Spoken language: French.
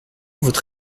votre